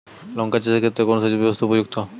লঙ্কা চাষের ক্ষেত্রে কোন সেচব্যবস্থা উপযুক্ত?